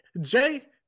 Jay